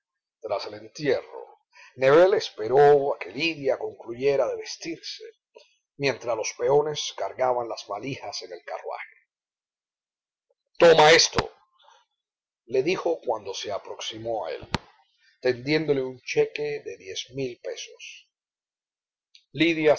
el entierro nébel esperó que lidia concluyera de vestirse mientras los peones cargaban las valijas en el carruaje toma esto le dijo cuando se aproximó a él tendiéndole un cheque de diez mil pesos lidia